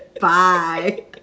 Bye